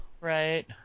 right